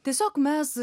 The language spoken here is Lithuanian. tiesiog mes